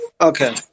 Okay